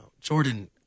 Jordan